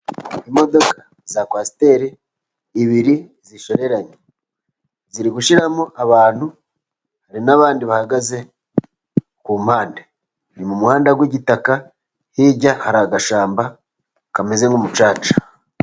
Imodoka za kwasiteri ebyiri zishoreranye. Ziri gushyiramo abantu, hari n'abandi bahagaze ku mpande. Ni mu muhanda w'igitaka, hirya hari agashyamba kameze nk'umucaca.